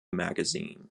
magazine